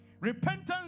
Repentance